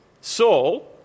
Saul